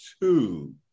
two